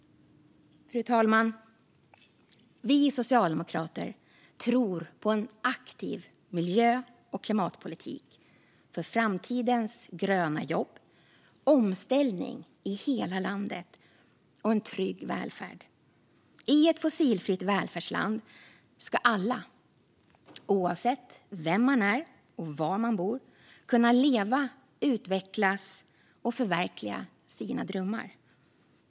Fru talman! Vi socialdemokrater tror på en aktiv miljö och klimatpolitik för framtidens gröna jobb, för omställning i hela landet och för en trygg välfärd. I ett fossilfritt välfärdsland ska alla - oavsett vem man är och var man bor - kunna leva, utvecklas och förverkliga sina drömmar.